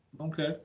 Okay